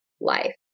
life